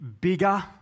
bigger